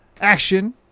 action